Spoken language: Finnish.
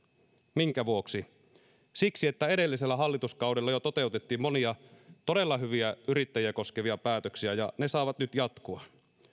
minkä vuoksi siksi että jo edellisellä hallituskaudella toteutettiin monia todella hyviä yrittäjiä koskevia päätöksiä ja ne saavat nyt jatkua